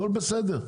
הכול בסדר,